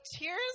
tears